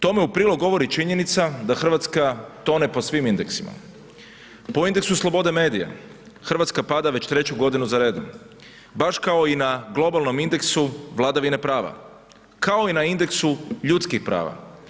Tome u prilog govori činjenica da Hrvatska tone po svim indeksima, po indeksu slobode medija Hrvatska pada već treću godinu za redom baš kao i na globalnom indeksu vladavine prava kao i na indeksu ljudskih prava.